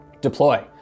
deploy